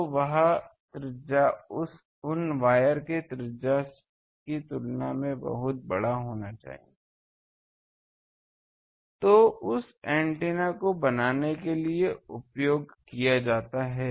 तो वह त्रिज्या उन वायर के त्रिज्या की तुलना में बहुत बड़ा होना चाहिए जो उस एंटीना को बनाने के लिए उपयोग किया जाता है